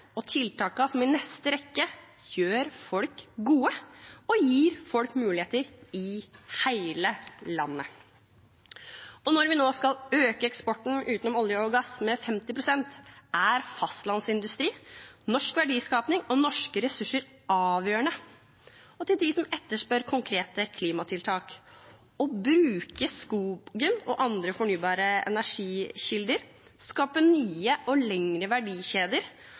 og tiltakene som i neste rekke gjør folk gode og gir folk muligheter i hele landet. Når vi nå skal øke eksporten utenom olje og gass med 50 pst., er fastlandsindustri, norsk verdiskaping og norske ressurser avgjørende. Og til dem som etterspør konkrete klimatiltak: Å bruke skogen og andre fornybare energikilder, skape nye og lengre verdikjeder